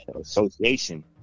Association